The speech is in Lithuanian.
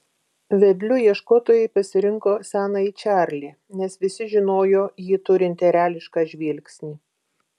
vedliu ieškotojai pasirinko senąjį čarlį nes visi žinojo jį turint erelišką žvilgsnį